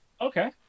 Okay